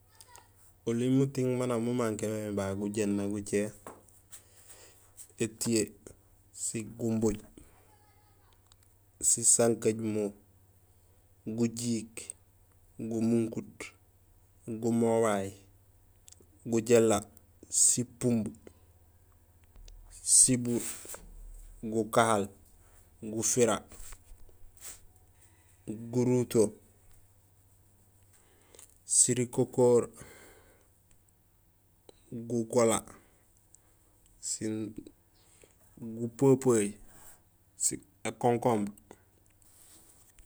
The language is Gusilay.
Oli muting maan nak mu manqué mé babé gujééna gucé étiyee sigumbuj sisankajumo gujiik gumunkut gumobay gujééla sipumb sibuur gukahal gufira guruto sirikokoor gugola sin gupepeey sin ékonkombre.